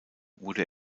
wurde